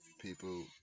People